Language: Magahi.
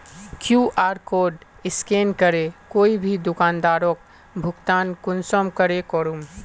कियु.आर कोड स्कैन करे कोई भी दुकानदारोक भुगतान कुंसम करे करूम?